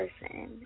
person